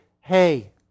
hey